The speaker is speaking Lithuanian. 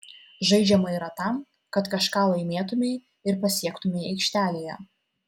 žaidžiama yra tam kad kažką laimėtumei ir pasiektumei aikštelėje